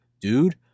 dude